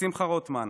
שמחה רוטמן,